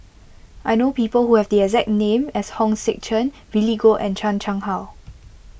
I know people who have the exact name as Hong Sek Chern Billy Koh and Chan Chang How